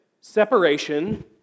separation